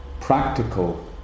practical